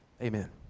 Amen